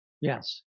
Yes